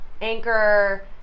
Anchor